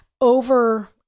over